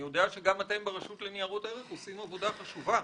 אני יודע שגם אתם ברשות לניירות ערך עושים עבודה חשובה,